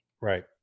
Right